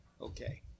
Okay